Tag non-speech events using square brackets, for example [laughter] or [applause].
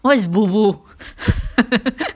what is boo boo [laughs]